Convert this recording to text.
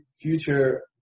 future